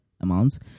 amounts